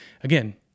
again